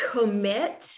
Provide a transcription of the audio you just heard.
commit